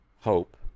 hope